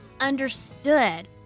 understood